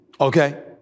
Okay